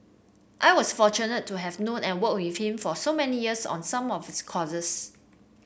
I was fortunate to have known and worked with him for so many years on some of his causes